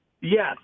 Yes